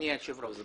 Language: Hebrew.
יש